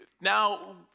now